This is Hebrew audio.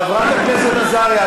חברת הכנסת עזריה,